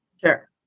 Sure